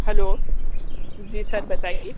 hello ji sir बताइए